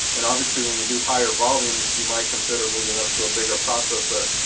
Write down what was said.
and obviously when you do higher volumes you might consider moving up to a bigger processor.